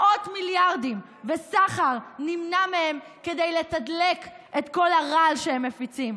מאות מיליארדים וסחר נמנע מהם כדי לתדלק את כל הרעל שהם מפיצים.